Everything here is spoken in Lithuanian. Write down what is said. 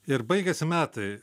ir baigiasi metai